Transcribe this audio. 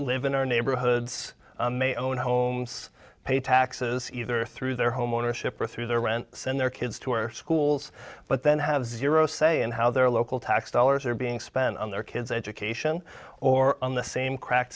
live in our neighborhoods may own homes pay taxes either through their home ownership or through their rent send their kids to our schools but then have zero say in how their local tax dollars are being spent on their kids education or on the same cracked